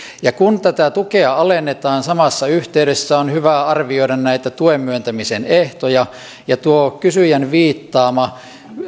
ja kun tätä tukea alennetaan samassa yhteydessä on hyvä arvioida näitä tuen myöntämisen ehtoja tuo kysyjän viittaama